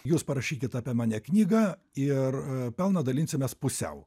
jūs parašykit apie mane knygą ir pelną dalinsimės pusiau